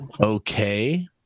okay